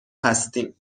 هستیم